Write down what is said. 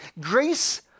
Grace